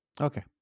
Okay